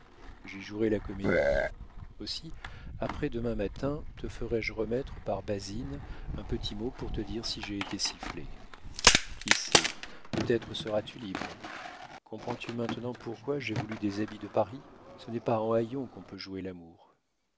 j'y jouerai la comédie aussi après demain matin te ferai-je remettre par basine un petit mot pour te dire si j'ai été sifflé qui sait peut-être seras-tu libre comprends-tu maintenant pourquoi j'ai voulu des habits de paris ce n'est pas en haillons qu'on peut jouer l'amour